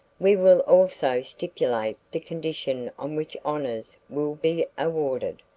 we will also stipulate the condition on which honors will be awarded.